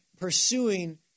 pursuing